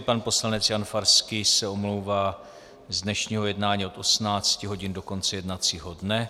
Pan poslanec Jan Farský se omlouvá z dnešního jednání od 18 hodin do konce jednacího dne.